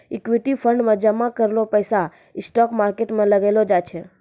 equity fund मे जामा कैलो पैसा स्टॉक मार्केट मे लगैलो जाय छै